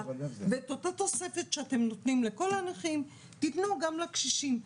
ואת אותה תוספת שאתם נותנים לכל הנכים תיתנו גם לקשישים.